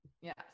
Yes